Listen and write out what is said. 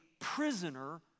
prisoner